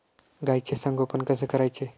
गाईचे संगोपन कसे करायचे?